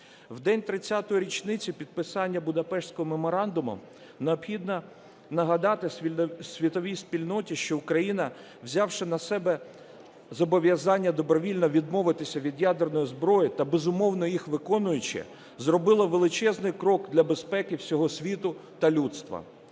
У день 30-ї річниці підписання Будапештського меморандуму необхідно нагадати світовій спільноті, що Україна, взявши на себе зобов'язання добровільно відмовитися від ядерної зброї та безумовно їх виконуючи, зробила величезний крок для безпеки всього світу та людства.